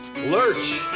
lurch,